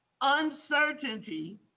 Uncertainty